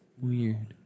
weird